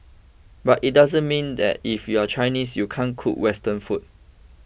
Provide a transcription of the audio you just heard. but it doesn't mean that if you are Chinese you can't cook Western food